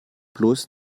bloß